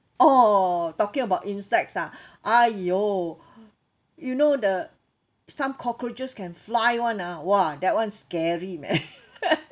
oh talking about insects ah !aiyo! you know the some cockroaches can fly [one] ah !wah! that one scary man